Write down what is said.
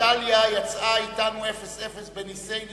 ואיטליה יצאה אתנו 0:0 בנסי נסים.